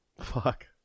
fuck